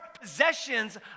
possessions